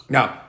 Now